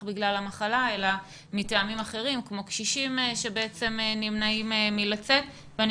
בידוד בגלל המחלה אלא מטעמים אחרים כמו קשישים שנמנעים מלצאת ואני